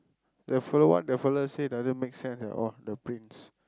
the fellow what the fellow say doesn't make sense at all the prince